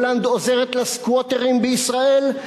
הולנד עוזרת ל"סקווטרים" בישראל,